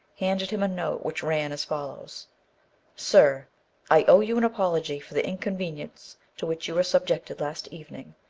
handed him a note which ran as follows sir i owe you an apology for the inconvenience to which you were subjected last evening,